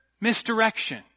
misdirection